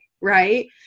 Right